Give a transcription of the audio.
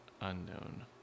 unknown